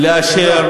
ולאשר